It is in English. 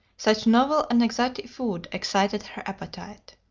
such novel and exotic food excited her appetite.